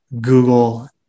Google